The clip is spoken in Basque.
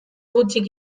gutxik